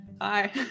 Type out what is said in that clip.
hi